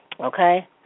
Okay